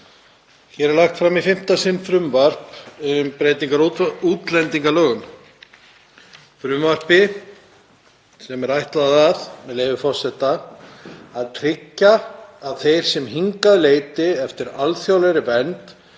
Hér er lagt fram í fimmta sinn frumvarp um breytingar á útlendingalögum, frumvarp sem er ætlað að, með leyfi forseta, „tryggja að þeir sem hingað leita eftir alþjóðlegri vernd